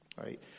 right